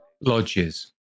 Lodges